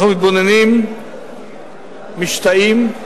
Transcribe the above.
אנחנו מתבוננים, משתאים,